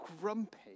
grumpy